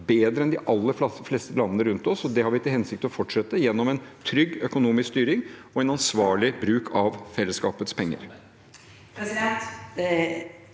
enn de aller fleste landene rundt oss, og det har vi til hensikt å fortsette med gjennom en trygg økonomisk styring og en ansvarlig bruk av fellesskapets penger.